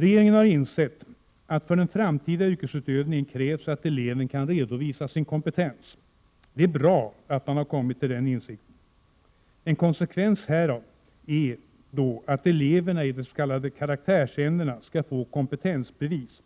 Regeringen har insett att för den framtida yrkesutövningen krävs att eleven kan redovisa sin kompetens. Det är bra att man kommit till den insikten. En konsekvens härav är då att eleverna i de s.k. karaktärsämnena skall få kompetensbevis,